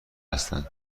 هستند